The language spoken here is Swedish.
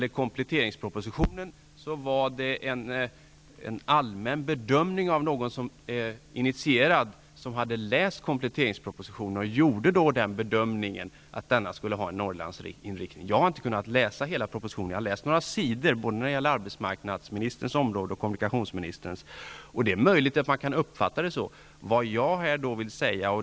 En initierad person som hade läst kompletteringspropositionen gjorde bedömningen att denna hade en Norrlandsinriktning. Jag har inte kunnat läsa hela propositionen, men jag har läst några sidor, både om arbetsmarknadsministerns område och om kommunikationsministerns område, och det är möjligt att den kan uppfattas på det sättet.